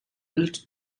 built